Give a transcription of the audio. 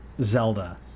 zelda